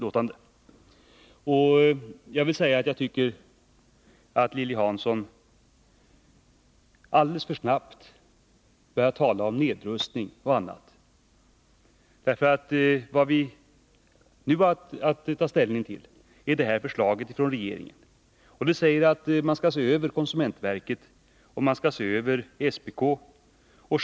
Jag vill därför säga, att jag tycker att Lilly Hansson alldeles för snabbt börjar tala om nedrustning av konsumentpolitiken. Vad vi nu har att ta ställning till är ett förslag från regeringen om att se över konsumentverkets och SPK:s verksamheter.